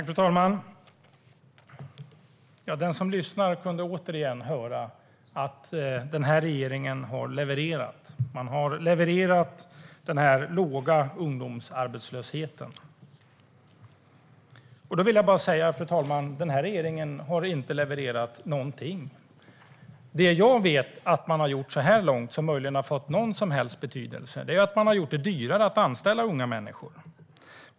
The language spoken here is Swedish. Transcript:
Fru talman! Den som lyssnar kunde återigen höra att den här regeringen har levererat. Man har levererat den låga ungdomsarbetslösheten. Då vill jag bara säga att den här regeringen inte har levererat någonting, fru talman. Det jag vet att man har gjort så här långt och som möjligen har haft någon som helst betydelse är att man har gjort det dyrare att anställa unga människor.